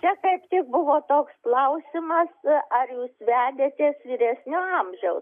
čia kaip tik buvo toks klausimas ar jūs vedėtės vyresnio amžiaus